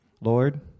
Lord